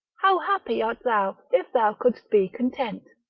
how happy art thou if thou couldst be content.